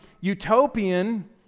utopian